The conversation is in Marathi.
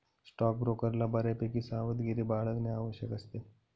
स्टॉकब्रोकरला बऱ्यापैकी सावधगिरी बाळगणे आवश्यक असते